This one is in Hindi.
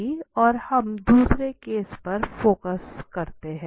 अब हम दुसरे केस पर आते हैं